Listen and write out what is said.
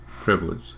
Privilege